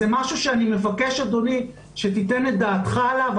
זה משהו שאני מבקש אדוני שתיתן את דעתך עליו.